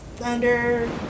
thunder